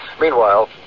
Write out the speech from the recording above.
Meanwhile